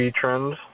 trend